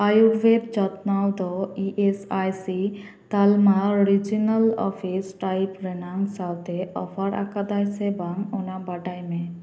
ᱟᱭᱩᱨᱵᱷᱮᱫ ᱡᱚᱛᱱᱟᱣ ᱫᱚ E S I C ᱛᱟᱞᱢᱟ ᱨᱤᱡᱤᱱᱟᱞ ᱚᱯᱷᱤᱥ ᱴᱟᱭᱤᱯ ᱨᱮᱱᱟᱜ ᱥᱟᱶᱛᱮ ᱚᱯᱷᱟᱨ ᱟᱠᱟᱫᱟᱭ ᱥᱮ ᱵᱟᱝ ᱚᱱᱟ ᱵᱟᱰᱟᱭ ᱢᱮ